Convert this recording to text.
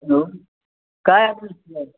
hello कए आदमी छियै